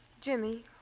Jimmy